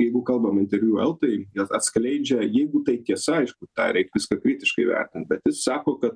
jeigu kalbam interviu eltai jis atskleidžia jeigu tai tiesa aišku tą reik viską kritiškai vertint bet jis sako kad